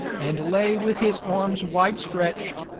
and lay with his arms wide stretched,